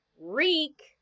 reek